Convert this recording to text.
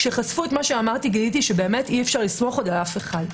כשחשפו את מה שאמרתי גיליתי שאי אפשר לסמוך על אף אחד.